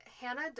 Hannah